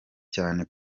cyane